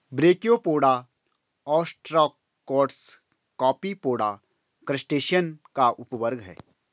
brachiopoda, ostracods, Copepoda, crustacean का उपवर्ग है